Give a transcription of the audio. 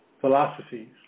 philosophies